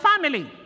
family